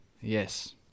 Yes